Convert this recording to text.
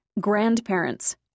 grandparents